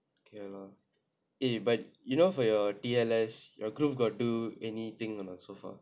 k ya lah eh but you know for your T_L_S your group got do anything or not so far